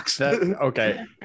Okay